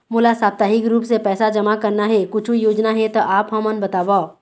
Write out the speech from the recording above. मोला साप्ताहिक रूप से पैसा जमा करना हे, कुछू योजना हे त आप हमन बताव?